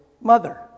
mother